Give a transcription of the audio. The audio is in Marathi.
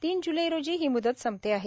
तीन जुलै रोजी ही मूदत संपते आहे